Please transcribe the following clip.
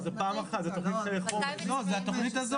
צריך להגדיל את התקרות ושהמדינה תפצה את קופות החולים בגין